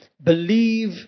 Believe